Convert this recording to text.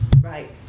Right